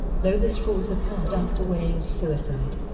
though this falls apart after weying's suicide.